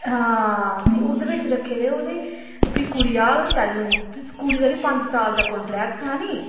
हां ते ओह्दे बिच्च रक्खे दे ओह् ते भी कुड़ी औग तैलूं भी कुड़ी दा बी पं'ञ साल दा कांट्रेक्ट था नी